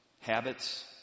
habits